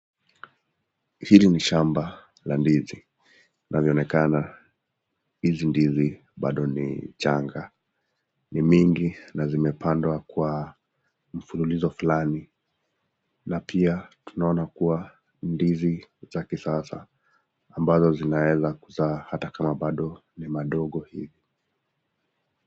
Hili ni shamba la ndinzi, nalionekana hizi ndizi bado ni changa ni mingi na zimepandwa kwa mfunulizo fulani na pia tunaona kuwa ni ndizi za kisasa ambazo zinaeza kuzaa hatakama ni madogo hii.